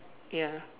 ya